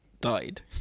died